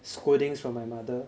scoldings from my mother